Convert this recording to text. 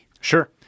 Sure